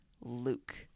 Luke